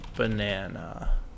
Banana